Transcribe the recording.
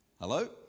Hello